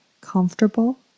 comfortable